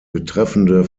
betreffende